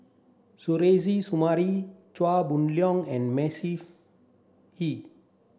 Suzairhe Sumari Chia Boon Leong and Hee